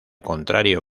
contrario